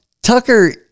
Tucker